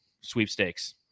sweepstakes